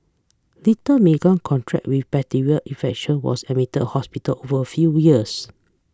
little Meagan contracted with bacterial infection was admitted hospital over a New Years